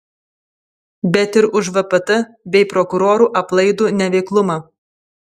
bet ir už vpt bei prokurorų aplaidų neveiklumą